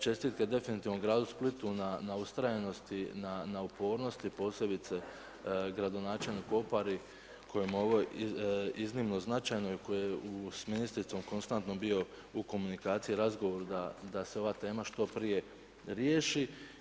Čestitke definitivno gradu Splitu na ustrajanosti, na upornosti, posebice gradonačelniku Opari kojemu je ovo iznimno značajno i koji je s ministricom konstantno bio u komunikaciji, razgovor da se ova tema što prije riješi.